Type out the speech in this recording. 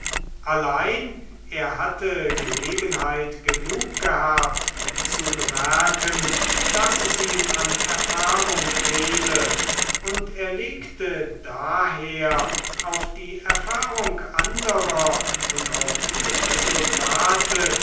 allein er hatte gelegenheit genug gehabt zu bemerken daß es ihm an erfahrung fehle und er legte daher auf die erfahrung anderer und auf die resultate